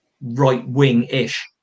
right-wing-ish